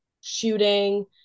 shooting